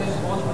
אדוני היושב-ראש,